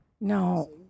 No